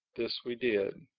this we did.